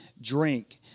drink